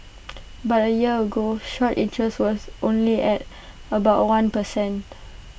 but A year ago short interest was only at about one per cent